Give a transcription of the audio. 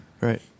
Right